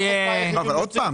אבל עוד פעם,